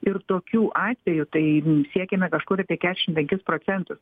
ir tokių atvejų tai siekiame kažkur iki kešim penkis procentus